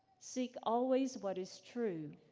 seek always what is true,